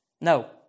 no